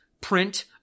print